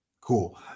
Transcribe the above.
Cool